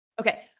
Okay